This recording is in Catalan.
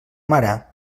mare